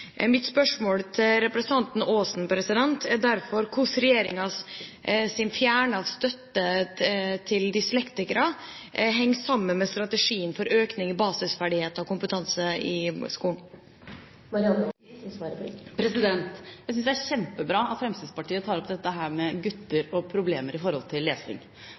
Mitt spørsmål til representanten Aasen er derfor: Hvordan kan regjeringens fjerning av støtte til dyslektikere henge sammen med strategien for økning av basisferdigheter og kompetanse i skolen? Jeg synes det er kjempebra at Fremskrittspartiet tar opp dette med gutter og problemer når det gjelder lesing. For det er et problem i